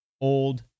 old